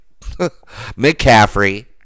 McCaffrey